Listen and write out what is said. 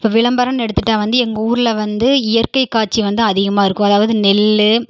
இப்போ விளம்பரன்னு எடுத்துகிட்டா வந்து எங்கள் ஊரில் வந்து இயற்கைக் காட்சி வந்து அதிகமாக இருக்கும் அதாவது நெல்